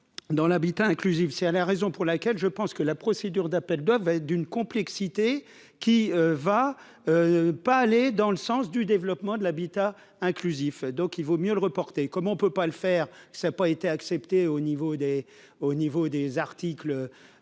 dans l'habitat inclusif, c'est la raison pour laquelle je pense que la procédure d'appel doivent être d'une complexité qui va pas aller dans le sens du développement de l'habitat inclusif, donc il vaut mieux le reporter comme on ne peut pas le faire, ça a pas été accepté au niveau des au niveau